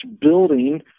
building